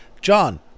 John